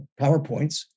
PowerPoints